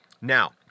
Now